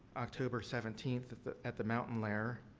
october seventeenth at the at the mountainlair,